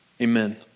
Amen